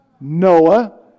Noah